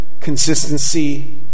consistency